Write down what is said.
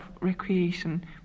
recreation